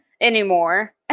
anymore